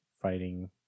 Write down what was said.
fighting